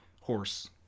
horse